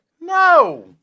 No